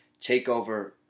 takeover